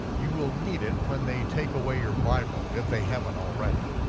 you will need it when they take away your bible if they haven't already.